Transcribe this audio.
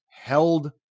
held